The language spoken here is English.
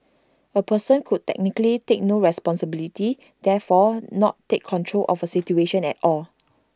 A person could technically take no responsibility therefore not take control of A situation at all